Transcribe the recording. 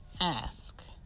ask